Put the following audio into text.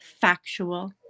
factual